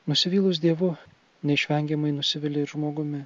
nusivylus dievu neišvengiamai nusivilia žmogumi